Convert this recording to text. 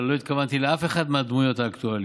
אבל לא התכוונתי לאף אחת מהדמויות האקטואליות.